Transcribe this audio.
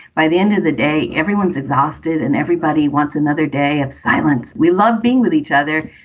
by the end of the day, everyone's exhausted and everybody wants another day of silence. we love being with each other,